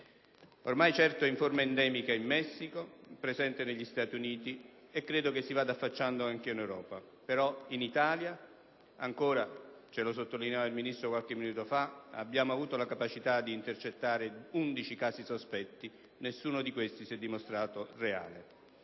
presente in forma endemica in Messico, è presente negli Stati Uniti e credo che si vada affacciando anche in Europa. Tuttavia, in Italia al momento - lo sottolineava il Ministro qualche minuto fa - abbiamo avuto la capacità di intercettare 11 casi sospetti, ma nessuno di questi si è dimostrato reale.